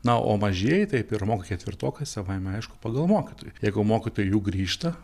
na o mažieji tai pirmokai ketvirtokai savaime aišku pagal mokytoją jeigu mokytoja jų grįžta